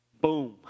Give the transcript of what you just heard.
boom